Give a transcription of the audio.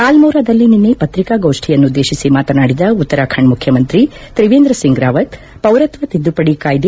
ಆಲ್ಗೋರಾದಲ್ಲಿ ನಿನ್ನೆ ಪತ್ರಿಕಾಗೋಷ್ನಿಯನ್ನುದ್ಲೇತಿಸಿ ಮಾತನಾಡಿದ ಉತ್ತರಾಖಂಡ್ ಮುಖ್ನಮಂತ್ರಿ ತ್ರಿವೇಂದ್ರ ಸಿಂಗ್ ರಾವತ್ ಪೌರತ್ವ ತಿದ್ಗುಪಡಿ ಕಾಯ್ಲೆ